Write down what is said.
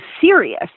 serious